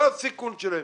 לא הסיכון שלהם